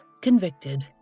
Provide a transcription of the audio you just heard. convicted